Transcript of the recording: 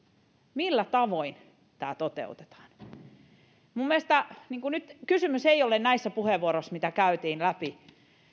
millä tavoin tämä toteutetaan mielestäni nyt kysymys ei ole näissä puheenvuoroissa mitä käytiin läpi